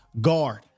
guard